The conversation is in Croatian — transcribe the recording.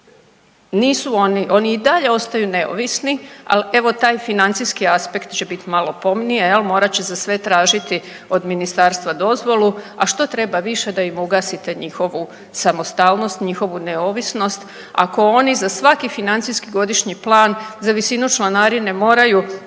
oni i dalje ostaju neovisni, ali evo taj financijski aspekt će biti malo pomnije. Morat će se sve tražiti od ministarstva dozvolu, a što treba više da im ugasite njihovu samostalnost, njihovu neovisnost, ako oni za svaki financijski godišnji plan, za visinu članarine moraju